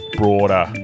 broader